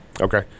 Okay